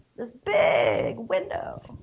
this big window,